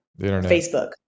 Facebook